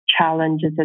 challenges